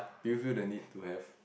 do you feel the need to have